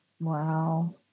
Wow